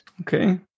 Okay